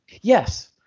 yes